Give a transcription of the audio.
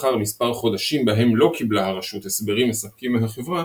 לאחר מספר חודשים בהם לא קיבלה הרשות הסברים מספקים מהחברה,